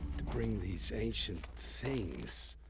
to bring these ancient things.